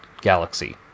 galaxy